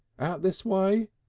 out this way?